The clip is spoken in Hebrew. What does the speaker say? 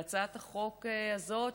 בהצעת החוק הזאת,